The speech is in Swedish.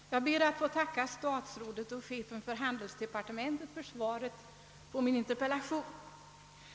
Herr talman! Jag ber att få tacka statsrådet och chefen för handelsdepartementet för svaret på min interpellation.